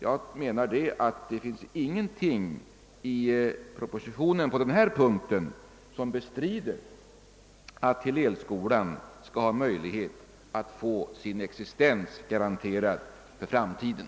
Jag menar att det på denna punkt inte finns någonting i propositionen som talar mot att Hillelskolan skall ha möjlighet att få sin existens garanterad för framtiden.